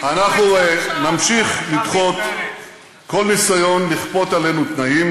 אנחנו נמשיך לדחות כל ניסיון לכפות עלינו תנאים.